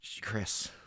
Chris